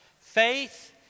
faith